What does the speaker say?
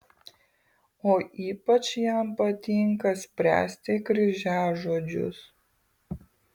o ypač jam patinka spręsti kryžiažodžius